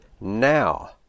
now